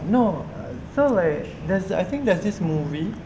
no so like there's I think there's this movie